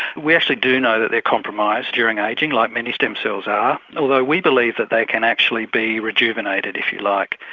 we actually do know that they're compromised during ageing like many stem cells are, although we believe that they can actually be rejuvenated if you like.